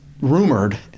rumored